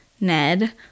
NED